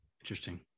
interesting